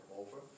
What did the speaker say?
over